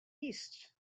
east